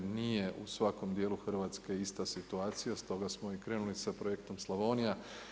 Nije u svakom dijelu Hrvatske ista situacija, stoga smo i krenuli sa projektom „Slavonija“